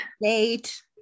Late